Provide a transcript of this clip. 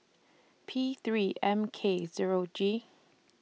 P three M K Zero G